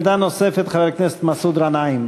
עמדה נוספת, חבר הכנסת מסעוד גנאים.